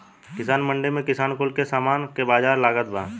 किसान मंडी में किसान कुल के सामान के बाजार लागता बा